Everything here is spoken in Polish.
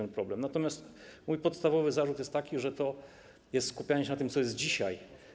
Natomiast mój podstawowy zarzut jest taki, że to jest skupianie się na tym, co jest dzisiaj.